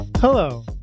Hello